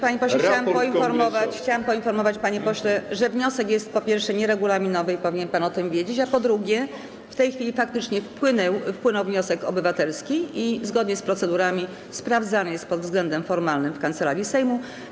Panie pośle, chciałam poinformować, że wniosek jest, po pierwsze, nieregulaminowy i powinien pan o tym wiedzieć, a po drugie, w tej chwili faktycznie wpłynął wniosek obywatelski i zgodnie z procedurami sprawdzany jest pod względem formalnym w Kancelarii Sejmu.